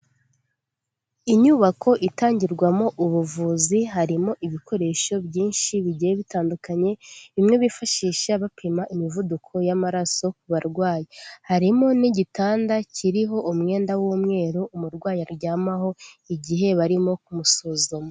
Inyubako itangirwamo ubuvuzi harimo ibikoresho byinshi bigiye bitandukanye, bimwe bifashisha bapima imivuduko y'amaraso ku barwayi, harimo n'igitanda kiriho umwenda w'umweru umurwayi aryamaho igihe barimo kumusuzuma.